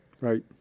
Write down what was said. Right